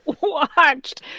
watched